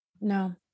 No